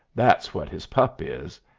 that's what his pup is.